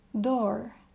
Door